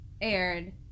aired